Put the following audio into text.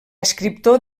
escriptor